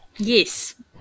Yes